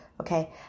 okay